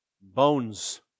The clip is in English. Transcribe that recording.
Bones